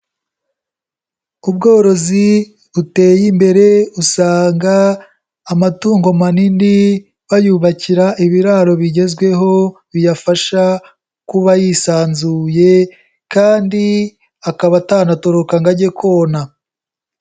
Ubworozi buteye imbere usanga amatungo manini bayubakira ibiraro bigezweho biyafasha kuba yisanzuye kandi akaba atanatoroka ngo ajye kona.